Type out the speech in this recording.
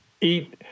eat